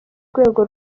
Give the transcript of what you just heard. rwego